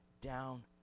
down